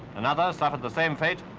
another suffered the same fate.